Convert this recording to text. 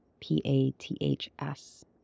P-A-T-H-S